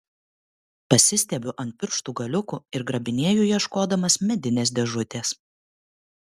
pasistiebiu ant pirštų galiukų ir grabinėju ieškodamas medinės dėžutės